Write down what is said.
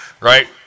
Right